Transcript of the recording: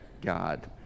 God